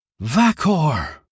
Vakor